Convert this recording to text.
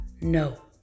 No